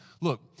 Look